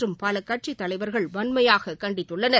மற்றும் பல கட்சித் தலைவர்கள் வன்மையாக கண்டித்துள்ளனர்